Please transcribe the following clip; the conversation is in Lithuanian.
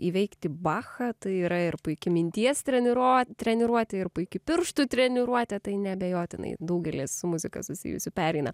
įveikti bachą tai yra ir puiki minties treniruotė treniruotė ir puiki pirštų treniruotė tai neabejotinai daugelį su muzika susijusių pereina